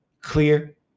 clear